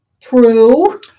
True